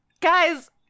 guys